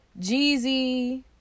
Jeezy